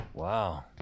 Wow